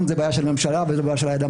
זה בעיה של הממשלה ולא בעיה של האדם,